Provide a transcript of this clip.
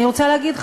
אני רוצה להגיד,